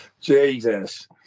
Jesus